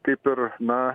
kaip ir na